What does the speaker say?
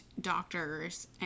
doctors